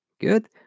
Good